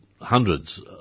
hundreds